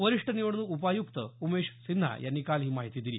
वरिष्ठ निवडणूक उपायुक्त उमेश सिन्हा यांनी काल ही माहिती दिली